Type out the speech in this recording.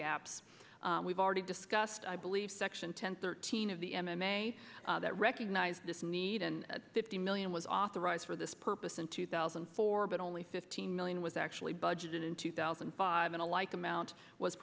gaps we've already discussed i believe section ten thirteen of the enemy that recognized this need and fifty million was authorized for this purpose in two thousand and four but only fifteen million was actually budgeted in two thousand and five and a like amount was